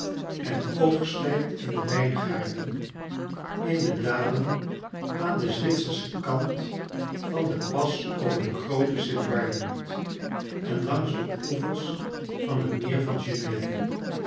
en oogsttijd in de wijngaarden in de dalen aan den zwitserschen kant van den pas over den grooten sint bernard en langs de oevers van het meer van treneve